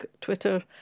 Twitter